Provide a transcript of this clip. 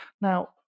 Now